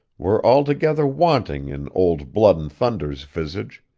were altogether wanting in old blood-and-thunder's visage